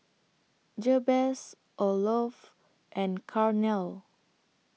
Jabez Olof and Carnell